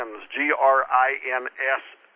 GRINS